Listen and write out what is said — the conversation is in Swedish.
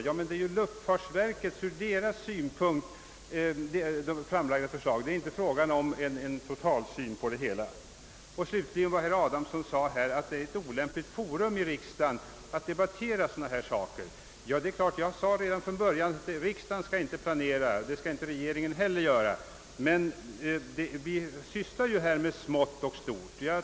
Ja, men det är ju fråga om förslag som framlagts med utgångspunkt i luftfartsverkets behov. Det har inte varit fråga om någon totalsyn. Vidare framhöll herr Adamsson att riksdagen är ett olämpligt forum för att diskutera dessa saker. Ja, jag har redan från början sagt att varken riksdagen eller regeringen skall uppträda som planerare. Men vi sysslar ändå här i riksdagen med både stora och små frågor.